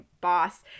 boss